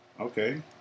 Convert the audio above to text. Okay